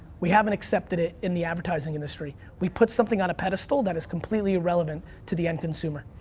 we haven't accepted it in the advertising industry. we put something on a pedestal that is completely irrelevant to the end consumer.